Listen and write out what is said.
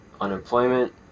unemployment